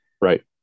Right